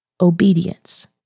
obedience